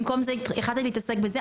במקום זה החלטת להתעסק בזה.